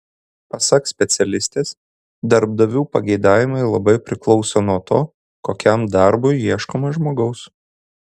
pasak specialistės darbdavių pageidavimai labai priklauso nuo to kokiam darbui ieškoma žmogaus